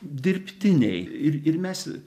dirbtiniai ir ir mes